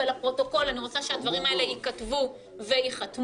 ולפרוטוקול אני רוצה שהדברים האלה ייכתבו וייחתמו,